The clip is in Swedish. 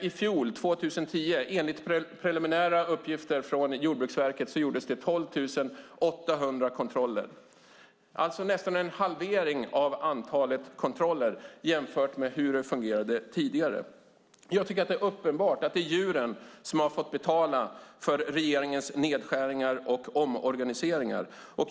I fjol år 2010, enligt preliminära uppgifter från Jordbruksverket, gjordes det 12 800 kontroller. Det är nästan en halvering av antalet kontroller jämfört med hur det fungerande tidigare. Det är uppenbart att det är djuren som har fått betala för regeringens nedskärningar och omorganiseringar.